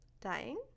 Dying